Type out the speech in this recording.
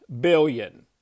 billion